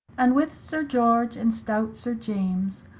and with sir george and stout sir james,